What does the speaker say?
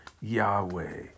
Yahweh